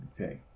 Okay